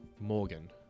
Morgan